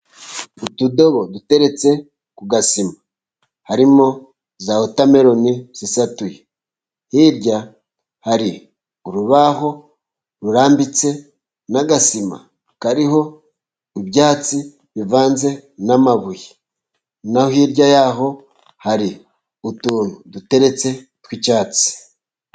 Utudobo duteretse ku gasima, harimo za watameruni zisatuye, hirya hari urubaho rurambitse n'agasima kariho ibyatsi bivanze n'amabuye, naho hirya y'aho hari utuntu duteretse tw'icyatsi.